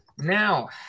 Now